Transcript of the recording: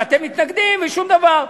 ואתם מתנגדים, ושום דבר.